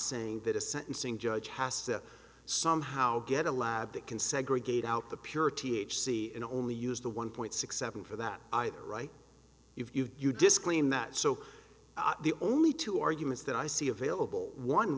saying that a sentencing judge has to somehow get a lab that can segregate out the pure t h c and only use the one point six seven for that either right if you disclaim that so the only two arguments that i see available one